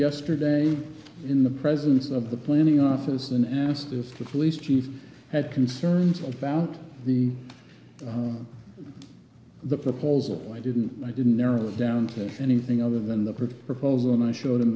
yesterday in the presence of the planning office and asked if the police chief had concerns about the polls or why didn't i didn't narrow it down to anything other than the proposal and i showed him